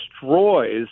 destroys